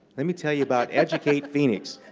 let me tell you about educate phoenix.